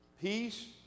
peace